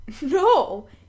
No